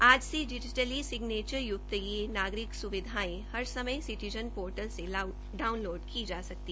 आज से digitally signature युक्त यह नागरिक सुविधाएं हरसमय सिटिजन पोर्टल से डाउनलोड की सकेगी